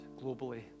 globally